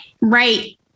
right